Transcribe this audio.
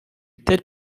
telle